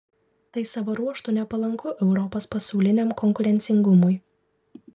tai savo ruožtu nepalanku europos pasauliniam konkurencingumui